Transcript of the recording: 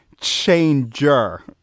changer